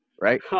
Right